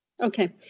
Okay